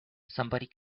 somebody